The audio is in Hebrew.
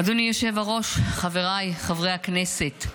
אדוני היושב-ראש, חבריי חברי הכנסת,